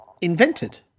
invented